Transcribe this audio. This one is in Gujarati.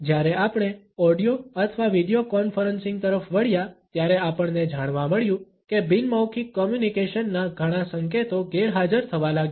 જ્યારે આપણે ઓડિયો અથવા વીડિયો કોન્ફરન્સિંગ તરફ વળ્યા ત્યારે આપણને જાણવા મળ્યું કે બિન મૌખિક કોમ્યુનિકેશનના ઘણા સંકેતો ગેરહાજર થવા લાગ્યા